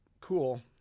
cool